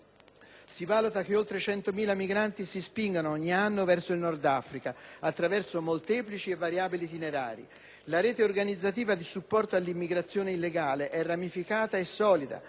si valuta che oltre 100.000 migranti si spingano, ogni anno, verso il Nord Africa attraverso molteplici e variabili itinerari; la rete organizzativa di supporto all'immigrazione illegale è ramificata e solida;